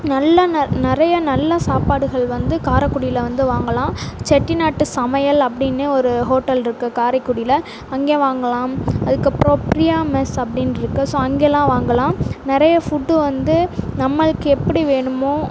நல்ல ந நிறையா நல்ல சாப்பாடுகள் வந்து காரைக்குடியில் வந்து வாங்கலாம் செட்டிநாட்டு சமையல் அப்படின்னே ஒரு ஹோட்டல் இருக்குது காரைக்குடியில் அங்கே வாங்கலாம் அதுக்கப்புறம் பிரியா மெஸ் அப்படின்னு இருக்குது ஸோ அங்கெல்லாம் வாங்கலாம் நிறையா ஃபுட்டு வந்து நம்மளுக்கு எப்படி வேணுமோ